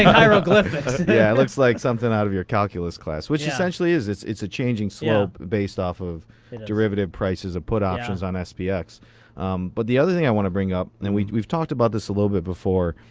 hieroglyphics. yeah, it looks like something out of your calculus class, which it essentially is. it's it's a changing slope based off of derivative prices of put options on spx. yeah but the other thing i want to bring up, and and we've we've talked about this a little bit before,